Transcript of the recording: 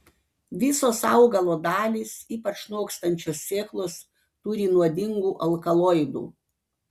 visos augalo dalys ypač nokstančios sėklos turi nuodingų alkaloidų